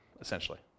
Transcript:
essentially